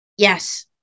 Yes